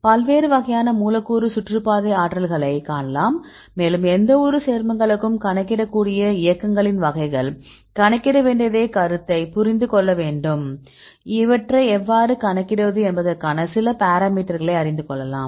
பல்வேறு வகையான மூலக்கூறு சுற்றுப்பாதை ஆற்றல்களைக் காணலாம் மேலும் எந்தவொரு சேர்மங்களுக்கும் கணக்கிடக்கூடிய இயக்கங்களின் வகைகள் கணக்கிட வேண்டிய கருத்தை புரிந்து கொள்ள வேண்டும் இவற்றை எவ்வாறு கணக்கிடுவது என்பதற்கான சில பாராமீட்டர்களை அறிந்து கொள்ளலாம்